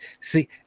See